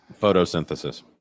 Photosynthesis